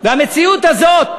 והמציאות הזאת,